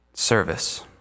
service